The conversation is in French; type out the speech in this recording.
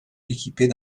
équipés